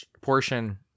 portion